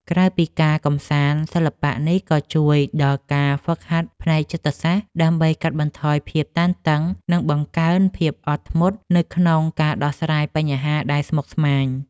ក្រៅពីការកម្សាន្ត សិល្បៈនេះក៏ជួយដល់ការហ្វឹកហាត់ផ្នែកចិត្តសាស្ត្រ ដើម្បីកាត់បន្ថយភាពតានតឹង និងបង្កើនភាពអត់ធ្មត់នៅក្នុងការដោះស្រាយបញ្ហាដែលស្មុគស្មាញ។